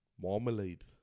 Marmalade